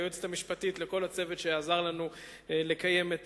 ליועצת המשפטית ולכל הצוות שעזר לנו לקיים את